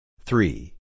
three